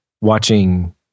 watching